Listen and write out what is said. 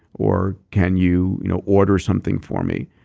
or, can you you know order something for me?